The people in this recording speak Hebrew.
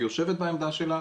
היא יושבת בעמדה שלה,